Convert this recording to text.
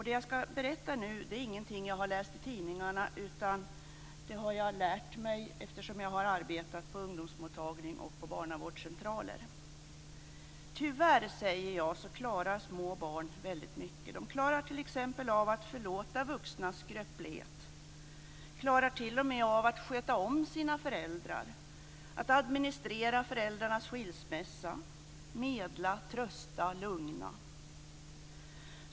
Det jag nu berättar är ingenting jag läst i tidningar, utan det har jag lärt mig när jag arbetat på ungdomsmottagningar och barnavårdscentraler. Tyvärr, säger jag, klarar små barn av väldigt mycket, t.ex. att förlåta vuxnas skröplighet. De klara av att t.o.m. sköta om sina föräldrar, administrera föräldrarnas skilsmässa, medla, trösta, lugna.